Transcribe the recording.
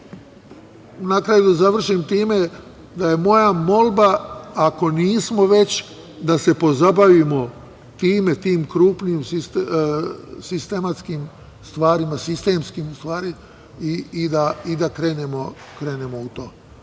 na kraju da završim time, da je molba, ako nismo već, da se pozabavimo time, tim krupnim sistematskim stvarima, sistemskim u stvari i da krenemo u to,